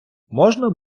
можна